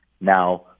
Now